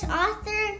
author